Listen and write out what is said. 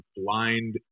blind